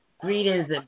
greetings